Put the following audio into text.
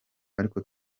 ariko